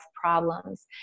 problems